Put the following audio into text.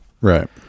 Right